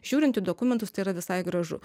žiūrint į dokumentus tai yra visai gražu